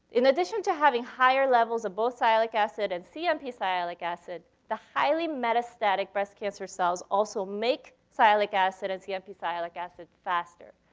in addition to having higher levels of both sialic acid and cmp-sialic acid, the highly-metastatic breast cancer cells also make sialic acid and cmp-sialic acid faster.